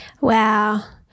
Wow